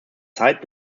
zeit